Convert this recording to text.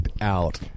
out